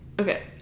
Okay